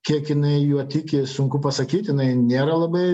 kiek jinai juo tiki sunku pasakyt jinai nėra labai